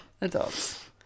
adults